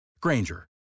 Granger